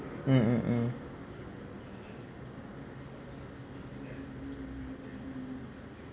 mm mm mm